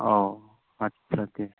औ आदसा दे